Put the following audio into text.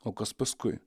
o kas paskui